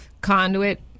conduit